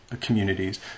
communities